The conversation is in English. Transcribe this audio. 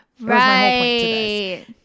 Right